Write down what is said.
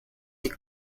the